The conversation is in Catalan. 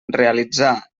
realitzar